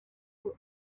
uko